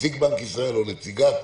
נציג או נציגה.